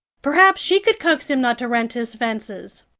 perhaps she could coax him not to rent his fences.